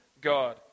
God